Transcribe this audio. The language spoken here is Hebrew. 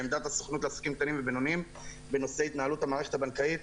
עמדת הסוכנות לעסקים קטנים ובינוניים בנושא התנהלות המערכת הבנקאית